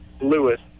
Lewis